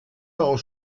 aus